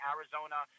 Arizona